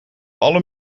alle